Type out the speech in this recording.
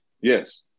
Yes